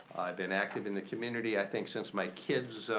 been active in the community i think since my kids